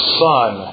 son